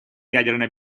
ядерной